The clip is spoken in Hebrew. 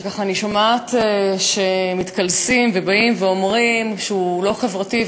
שאני שומעת שמתקלסים ובאים ואומרים שהוא לא חברתי.